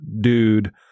dude